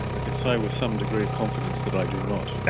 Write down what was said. i can say with some degree of confidence that i do not.